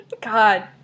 God